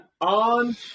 On